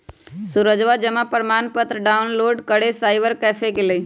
सूरजवा जमा प्रमाण पत्र डाउनलोड करे साइबर कैफे गैलय